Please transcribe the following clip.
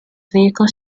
vehicle